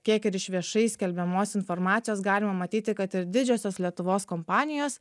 kiek ir iš viešai skelbiamos informacijos galima matyti kad ir didžiosios lietuvos kompanijos